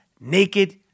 naked